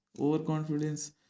Overconfidence